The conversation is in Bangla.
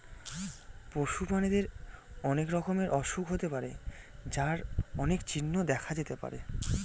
পশু প্রাণীদের অনেক রকমের অসুখ হতে পারে যার অনেক চিহ্ন দেখা যেতে পারে